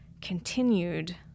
continued